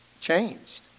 changed